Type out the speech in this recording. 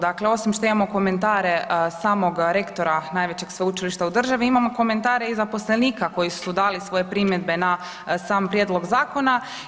Dakle, ovim što imamo komentare samog rektora najvećeg sveučilišta u državi imamo komentare i zaposlenika koji su dali svoje primjedbe na sam prijedlog zakona.